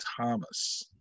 Thomas